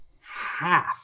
Half